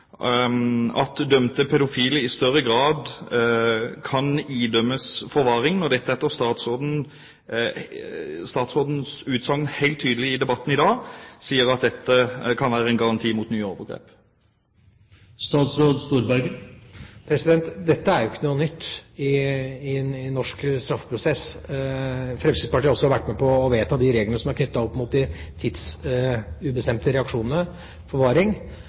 at dømte pedofile i større grad kan idømmes forvaring, når statsråden helt tydelig i debatten i dag sier at dette kan være en garanti mot nye overgrep? Dette er jo ikke noe nytt i norsk straffeprosess. Fremskrittspartiet har også vært med på å vedta de reglene som er knyttet til de tidsubestemte reaksjonene – forvaring